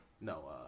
No